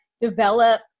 develop